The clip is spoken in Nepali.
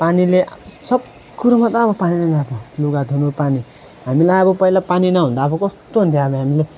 पानीले सब कुरोमा त अब पानीले लुगा धुनु पानी हामीलाई अब पहिला पानी नहुँदा अब कस्तो हुन्थ्यो हामी हामीले